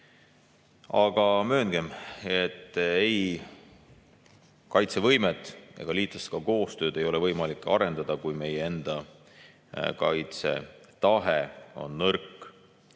Aga mööngem, et ei kaitsevõimet ega liitlastega koostööd pole võimalik arendada, kui meie enda kaitsetahe on nõrk.